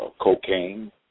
cocaine